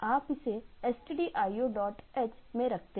आप इसे stdioh में रखते हैं